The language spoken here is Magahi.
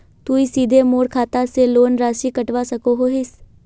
तुई सीधे मोर खाता से लोन राशि कटवा सकोहो हिस?